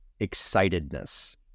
excitedness